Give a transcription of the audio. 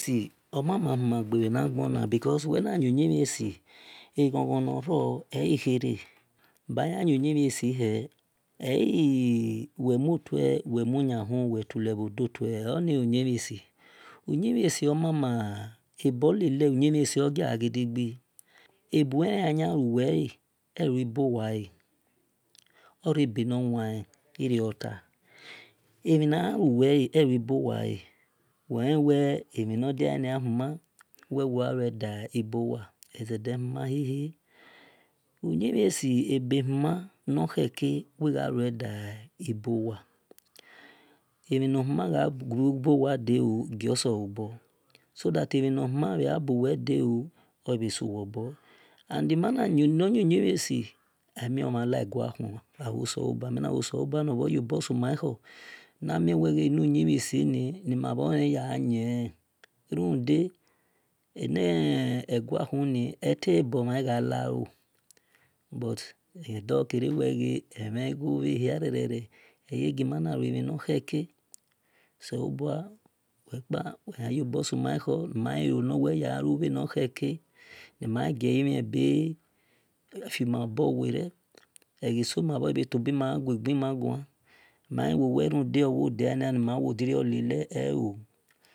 Omamahu magne bhe na gbona because wel na yi uyimhie si eghon-igho nor ro eyikhere bar ya yin uyi mhie si ye ee wel muo tue wel mu yan bu wel tule bho do tue e o ni uyimhie si uyi mhies omama ebeluyin mhie si ogia gidigbi ebuwele ayan luwel elui bo wale ore-benor wane irio tui emhi na yan lu wel elui bowule wel lewel emhi nor dianie huma wel wo gha lue bur ibowa zede human hie-hie uyi mhie si ebe huma nor kheke wil gha lue dar ibowa emhi nor human gha bui bowa dewo gio solobor so that emhi nor human gha buwel deooo obhe su wor bor and ma nor you yimhiesi amie omhan la gua selobua ahuoselobua mena wel no selobua riobor suma khor nana mie enu ijiu mhesi ni nima bho le ya gha yiele runde ene gua khu ni eta ebo mhan gha luo but mel dolkere wel ghe emhan gho bhe hia eyegima na lue mhi nor mhan kheke oselobua wokpay yan yobor suma khor ni ma ghe lue mhi nor mhan kheke nu-wel ghe gielimhien be fimakhor werie so ma bhe tobi ma gha ghe gbi ma guo nima ghe wel tobi ma gha gbi ma gua nima ghe wel owo diania ni mu wo lele e o